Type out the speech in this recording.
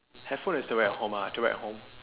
headphone is to wear at home ah to wear at home